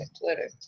Twitter